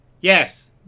Yes